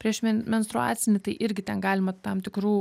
prieš menstruacinį tai irgi ten galima tam tikrų